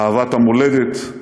אהבת המולדת,